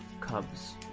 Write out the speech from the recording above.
Cubs